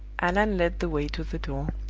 allan led the way to the door.